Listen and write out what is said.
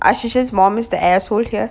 ashey's mom is the asshole here